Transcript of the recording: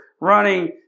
running